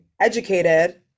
educated